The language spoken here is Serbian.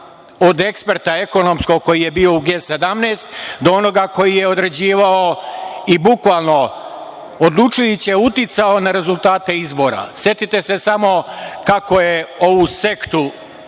od eksperta ekonomskog koji je bio u G 17+ do onog koji je određivao i bukvalno uticao na rezultate izbora. Setite se samo kako je ovu sektu,